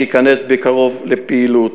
שייכנס בקרוב לפעילות.